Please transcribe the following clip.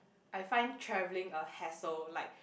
I find travelling a hassle like